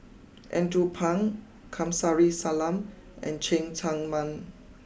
Andrew Phang Kamsari Salam and Cheng Tsang Man